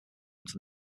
until